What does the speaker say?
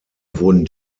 wurden